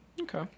Okay